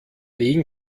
den